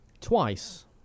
twice